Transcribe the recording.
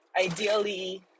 ideally